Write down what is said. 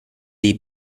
dei